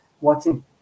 watching